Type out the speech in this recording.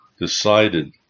decided